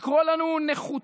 לקרוא לנו נחותים,